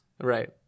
Right